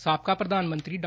ਸਾਬਕਾ ਪ੍ਰਧਾਨ ਮੰਤਰੀ ਡਾ